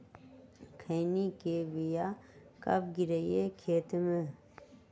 खैनी के बिया कब गिराइये खेत मे?